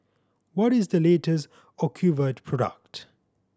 what is the latest Ocuvite product